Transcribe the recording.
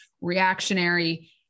reactionary